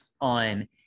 on